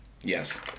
Yes